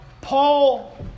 Paul